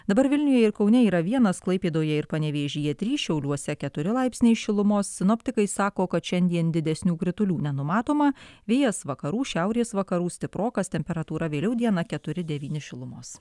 dabar vilniuje ir kaune yra vienas klaipėdoje ir panevėžyje trys šiauliuose keturi laipsniai šilumos sinoptikai sako kad šiandien didesnių kritulių nenumatoma vėjas vakarų šiaurės vakarų stiprokas temperatūra vėliau dieną keturi devyni šilumos